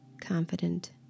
confident